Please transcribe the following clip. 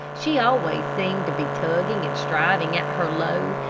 she always seemed to be tugging and striving at her load,